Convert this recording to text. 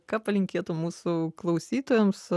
ką palinkėtumei mūsų klausytojams